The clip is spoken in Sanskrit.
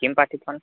किं पाठित्वान्